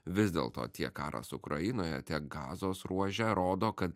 vis dėlto tiek karas ukrainoje tiek gazos ruože rodo kad